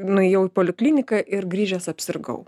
nuėjau į polikliniką ir grįžęs apsirgau